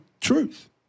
truth